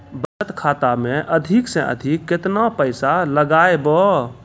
बचत खाता मे अधिक से अधिक केतना पैसा लगाय ब?